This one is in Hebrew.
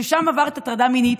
ששם עברת הטרדה מינית,